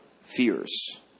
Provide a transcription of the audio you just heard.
fears